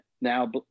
now